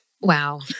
Wow